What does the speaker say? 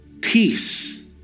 peace